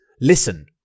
Listen